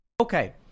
Okay